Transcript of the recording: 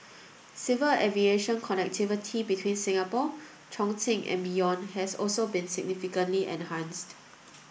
civil aviation connectivity between Singapore Chongqing and beyond has also been significantly enhanced